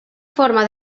forma